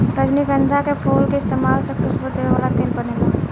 रजनीगंधा के फूल के इस्तमाल से खुशबू देवे वाला तेल बनेला